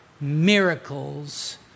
miracles